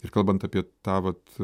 ir kalbant apie tą vat